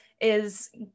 is-